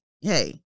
hey